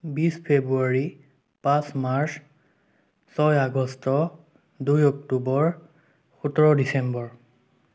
বিছ ফেব্ৰুৱাৰী পাঁচ মাৰ্চ ছয় আগষ্ট দুই অক্টোবৰ সোতৰ ডিচেম্বৰ